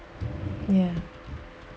ya